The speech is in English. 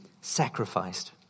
sacrificed